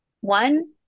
One